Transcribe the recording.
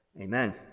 amen